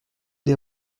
des